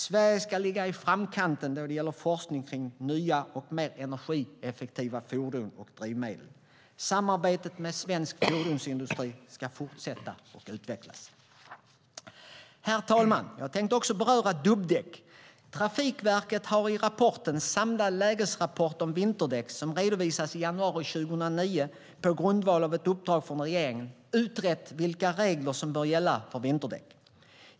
Sverige ska ligga i framkanten då det gäller forskning kring nya och mer energieffektiva fordon och drivmedel. Samarbetet med svensk fordonsindustri ska fortsätta och utvecklas. Herr talman! Jag tänker också beröra dubbdäck. Trafikverket har i rapporten Samlad lägesrapport om vinterdäck , som redovisades i januari 2009 på grundval av ett uppdrag från regeringen, utrett vilka regler som bör gälla för vinterdäck.